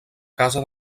casa